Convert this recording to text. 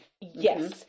yes